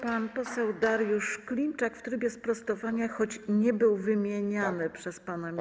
Pan poseł Dariusz Klimczak w trybie sprostowania, choć nie był wymieniany przez pana ministra.